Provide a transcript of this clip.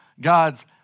God's